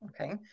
Okay